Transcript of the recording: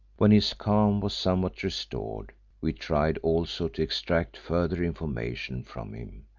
when his calm was somewhat restored we tried also to extract further information from him,